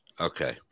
Okay